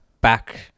back